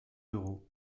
d’euros